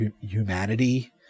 humanity